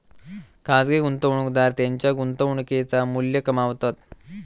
खाजगी गुंतवणूकदार त्येंच्या गुंतवणुकेचा मू्ल्य कमावतत